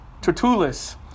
Tertullus